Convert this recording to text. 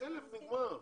עניין השכירות נגמר.